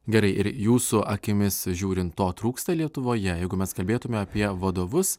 gerai ir jūsų akimis žiūrint to trūksta lietuvoje jeigu mes kalbėtume apie vadovus